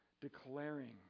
declaring